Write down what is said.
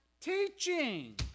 teaching